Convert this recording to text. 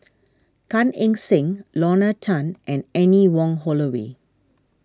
Gan Eng Seng Lorna Tan and Anne Wong Holloway